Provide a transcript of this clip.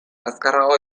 azkarrago